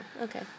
okay